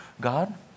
God